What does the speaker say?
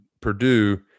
Purdue